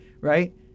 Right